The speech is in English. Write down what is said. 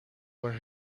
where